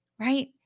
right